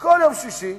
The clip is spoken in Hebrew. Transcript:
כל יום שישי,